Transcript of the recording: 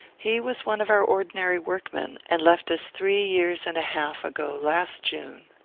he was one of our ordinary workmen, and left us three years and a half ago last june.